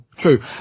true